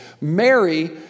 Mary